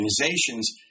organizations